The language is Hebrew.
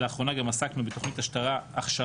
לאחרונה גם עסקנו בתוכנית הכשרה